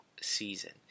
season